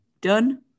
done